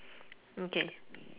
okay